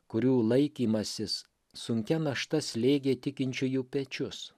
kurių laikymasis sunkia našta slėgė tikinčiųjų pečius